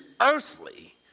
earthly